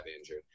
injured